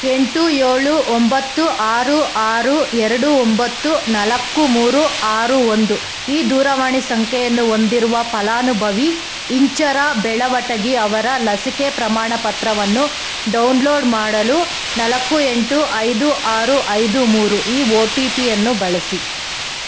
ಎಂಟು ಏಳು ಒಂಬತ್ತು ಆರು ಆರು ಎರಡು ಒಂಬತ್ತು ನಾಲ್ಕು ಮೂರು ಆರು ಒಂದು ಈ ದೂರವಾಣಿ ಸಂಖ್ಯೆಯನ್ನು ಹೊಂದಿರುವ ಫಲಾನುಭವಿ ಇಂಚರ ಬೆಳವಟಗಿ ಅವರ ಲಸಿಕೆ ಪ್ರಮಾಣಪತ್ರವನ್ನು ಡೌನ್ ಲೋಡ್ ಮಾಡಲು ನಾಲ್ಕು ಎಂಟು ಐದು ಆರು ಐದು ಮೂರು ಈ ವೊ ಟಿ ಪಿಯನ್ನು ಬಳಸಿ